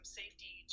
safety